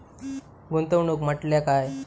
गुंतवणूक म्हटल्या काय?